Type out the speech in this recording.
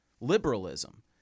liberalism